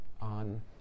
on